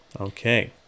Okay